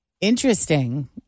interesting